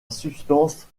substance